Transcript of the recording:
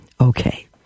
Okay